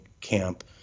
camp